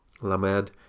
Lamed